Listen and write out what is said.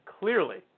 clearly